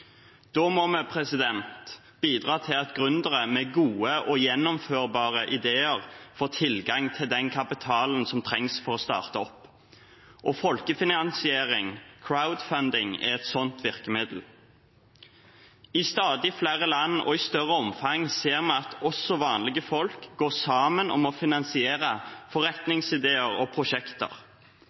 Da må vi bidra til at gründere med gode, gjennomførbare ideer får tilgang til den kapitalen som trengs for å starte opp. Folkefinansiering, crowdfunding, er et slikt virkemiddel. I stadig flere land og i større omfang ser vi at også vanlige folk går sammen om å finansiere forretningsideer og prosjekter.